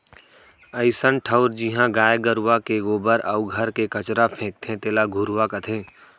अइसन ठउर जिहॉं गाय गरूवा के गोबर अउ घर के कचरा फेंकाथे तेला घुरूवा कथें